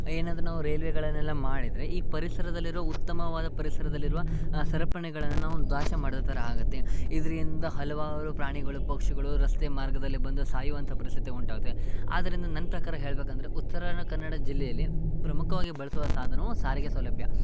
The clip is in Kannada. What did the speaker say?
ಏನಂದರೆ ನಾವು ರೈಲ್ವೆಗಳನ್ನೆಲ್ಲ ಮಾಡಿದರೆ ಈ ಪರಿಸರದಲ್ಲಿರೋ ಉತ್ತಮವಾದ ಪರಿಸರದಲ್ಲಿರುವ ಆ ಸರಪಣಿಗಳನ್ನ ನಾವು ನಾಶ ಮಡಿದ ಥರ ಆಗುತ್ತೆ ಇದರಿಂದ ಹಲವಾರು ಪ್ರಾಣಿಗಳು ಪಕ್ಷಿಗಳು ರಸ್ತೆ ಮಾರ್ಗದಲ್ಲಿ ಬಂದು ಸಾಯುವಂಥ ಪರಿಸ್ಥಿತಿ ಉಂಟಾಗುತ್ತೆ ಆದ್ದರಿಂದ ನನ್ನ ಪ್ರಕಾರ ಹೇಳಬೇಕಂದ್ರೆ ಉತ್ತರ ಕನ್ನಡ ಜಿಲ್ಲೆಯಲ್ಲಿ ಪ್ರಮುಖವಾಗಿ ಬಳಸುವ ಸಾಧನವು ಸಾರಿಗೆ ಸೌಲಭ್ಯ